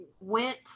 went